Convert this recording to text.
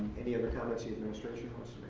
any other comments the administration wants